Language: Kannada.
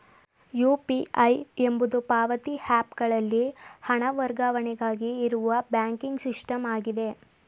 ಯು.ಪಿ.ಐ ಎಂಬುದು ಪಾವತಿ ಹ್ಯಾಪ್ ಗಳಲ್ಲಿ ಹಣ ವರ್ಗಾವಣೆಗಾಗಿ ಇರುವ ಬ್ಯಾಂಕಿಂಗ್ ಸಿಸ್ಟಮ್ ಆಗಿದೆ